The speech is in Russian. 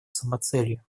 самоцелью